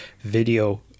video